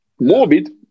Morbid